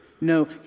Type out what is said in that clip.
No